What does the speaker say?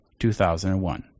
2001